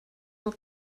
not